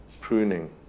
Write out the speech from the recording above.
pruning